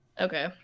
Okay